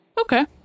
Okay